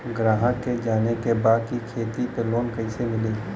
ग्राहक के जाने के बा की खेती पे लोन कैसे मीली?